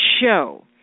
show